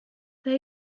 they